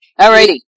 Alrighty